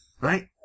right